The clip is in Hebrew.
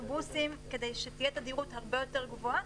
אוטובוסים כדי שתהיה תדירות הרבה יותר גבוהה,